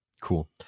Cool